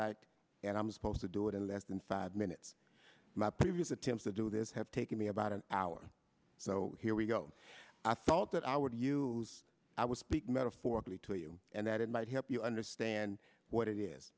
act and i'm supposed to do it in less than five minutes my previous attempts to do this have taken me about an hour so here we go i felt that i would you i was speaking metaphorically to you and that it might help you understand what it is